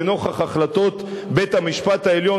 לנוכח בית-המשפט העליון,